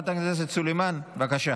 בבקשה.